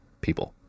people